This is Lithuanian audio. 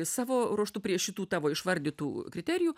savo ruožtu prie šitų tavo išvardytų kriterijų